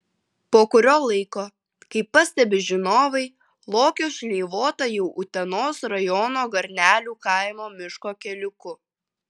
po kurio laiko kaip pastebi žinovai lokio šleivota jau utenos rajono garnelių kaimo miško keliuku